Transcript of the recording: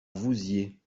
vouziers